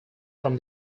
from